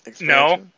No